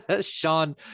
Sean